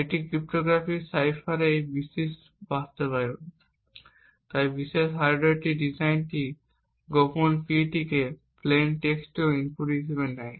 একটি ক্রিপ্টোগ্রাফিক সাইফারের এই বিশেষ বাস্তবায়ন তাই এই বিশেষ হার্ডওয়্যার ডিজাইনটি গোপন কীটিকে প্লেইন টেক্সটও ইনপুট হিসাবে নেয়